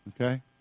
Okay